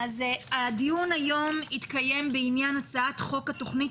הדיון היום הוא בעניין הצעת חוק התכנית